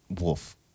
Wolf